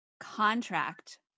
contract